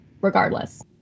regardless